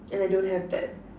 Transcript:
and I don't have that